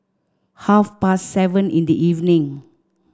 half past seven in the evening